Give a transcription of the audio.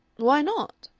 why not?